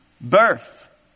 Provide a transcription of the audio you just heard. birth